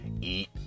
eat